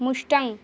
mustang